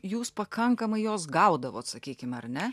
jūs pakankamai jos gaudavot sakykim ar ne